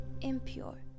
impure